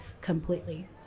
completely